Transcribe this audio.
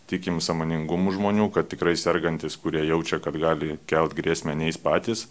tikim sąmoningumu žmonių kad tikrai sergantys kurie jaučia kad gali kelt grėsmę neis patys